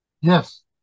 yes